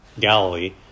Galilee